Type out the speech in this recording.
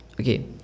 okay